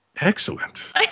Excellent